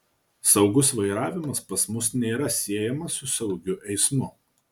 saugus vairavimas pas mus nėra siejamas su saugiu eismu